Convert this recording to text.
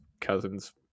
cousin's